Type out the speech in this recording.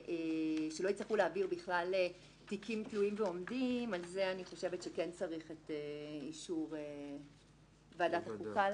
להעביר בכלל תיקים תלויים ועומדים לזה כן צריך אישור ועדת החוקה.